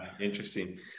Interesting